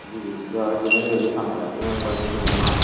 ꯑꯗꯨꯗꯨꯒ ꯖꯦꯅꯔꯦꯜꯗ ꯁꯥꯟꯅꯔꯒꯅ ꯂꯨꯄꯥ ꯂꯤꯁꯤꯡ ꯑꯃ